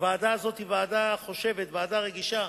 הוועדה הזאת היא ועדה חושבת, ועדה רגישה,